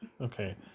Okay